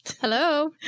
Hello